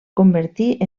convertir